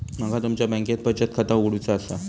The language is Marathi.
माका तुमच्या बँकेत बचत खाता उघडूचा असा?